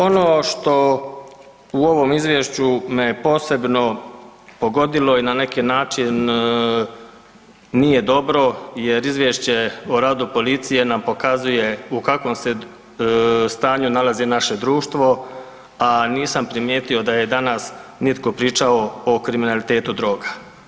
Ono što u ovom Izvješću me posebno pogodilo je na neki način nije dobro, jer Izvješće o radu policije nam pokazuje u kakvom se stanju nalazi naše društvo, a nisam primijetio da je danas nitko pričao o kriminalitetu droga.